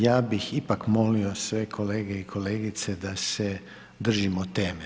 Ja bih ipak molio sve kolege i kolegice da se držimo teme.